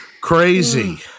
Crazy